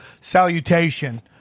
salutation